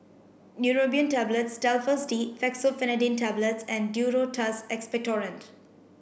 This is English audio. Neurobion Tablets Telfast D Fexofenadine Tablets and Duro Tuss Expectorant